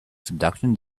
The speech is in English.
subduction